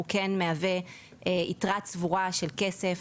כן מהווה יתרה צבורה של כסף,